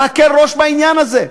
להקל ראש בעניין הזה.